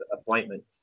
appointments